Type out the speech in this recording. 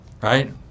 right